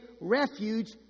refuge